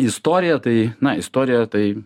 istoriją tai na istorija tai